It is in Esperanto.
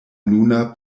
nuna